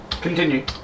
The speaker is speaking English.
Continue